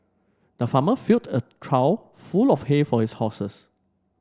the farmer filled a trough full of hay for his horses